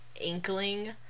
inkling